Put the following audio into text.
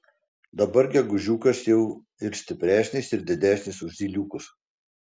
dabar gegužiukas jau ir stipresnis ir didesnis už zyliukus